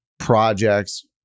projects